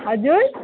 हजुर